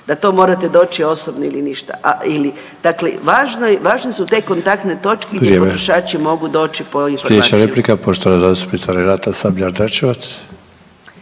da to morate doći osobno ili ništa, dakle važne su te kontaktne točke gdje potrošači mogu doći po informaciju.